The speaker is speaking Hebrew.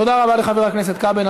תודה רבה לחבר הכנסת כבל.